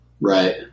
Right